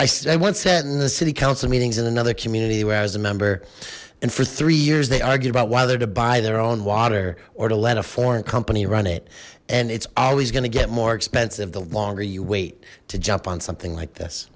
that and the city council meetings in another community where i was a member and for three years they argued about whether to buy their own water or to let a foreign company run it and it's always gonna get more expensive the longer you wait to jump on something like this